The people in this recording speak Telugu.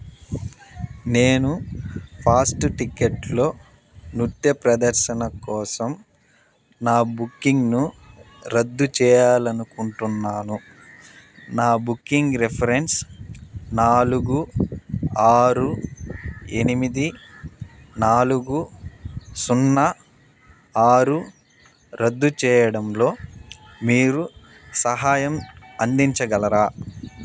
నేను ఫాస్టు టిక్కెట్లో నృత్య ప్రదర్శన కోసం నా బుకింగ్ను రద్దు చేయాలని అనుకుంటున్నాను నా బుకింగ్ రిఫరెన్స్ నాలుగు ఆరు ఎనిమిది నాలుగు సున్నా ఆరు రద్దు చేయడంలో మీరు సహాయం అందించగలరా